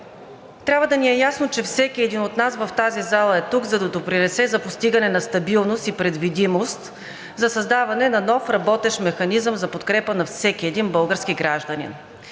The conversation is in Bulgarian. Трябва да ни е ясно, че всеки един от нас в тази зала е тук, за да допринесе за постигане на стабилност и предвидимост за създаване на нов работещ механизъм за подкрепа на всеки един български гражданин,